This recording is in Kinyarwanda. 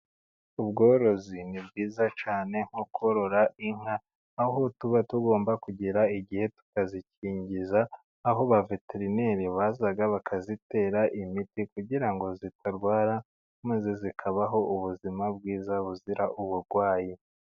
Ubworozi ni bwiza cyane, nko korora inka, aho tuba tugomba kugera igihe tukazikingiza, aho ba veterineri baza bakazitera imiti kugira ngo zitarwara, maze zikabaho ubuzima bwiza buzira uburwayi.